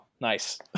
Nice